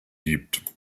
gibt